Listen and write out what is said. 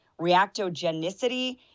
reactogenicity